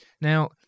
Now